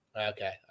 Okay